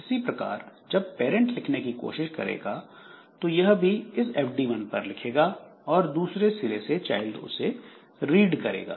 इसी प्रकार जब पैरेंट लिखने की कोशिश करेगा तो यह भी इस fd 1 पर लिखेगा और दुसरे सिरे से चाइल्ड उसे रीड करेगा